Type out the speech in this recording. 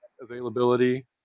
availability